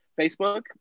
Facebook